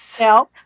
No